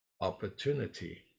opportunity